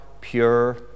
pure